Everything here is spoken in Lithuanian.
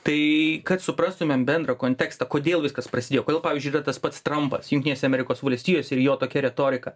tai kad suprastumėm bendrą kontekstą kodėl viskas prasidėjo kodėl pavyzdžiui yra tas pats trampas jungtinėse amerikos valstijose ir jo tokia retorika